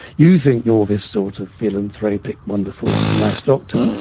you think you're this sort of philanthropic, wonderful, nice doctor.